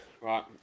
Right